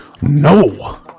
No